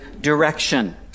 direction